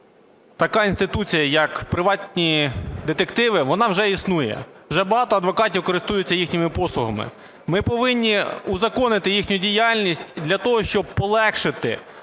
така інституція, як приватні детективи, вона вже існує. Вже багато адвокатів користуються їхніми послугами. Ми повинні узаконити їхню діяльність для того, щоб полегшити